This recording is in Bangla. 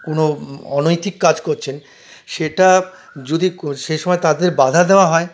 কোনো অনৈতিক কাজ করছেন সেটা যদি সেসময় তাদের বাধা দেওয়া হয়